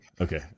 okay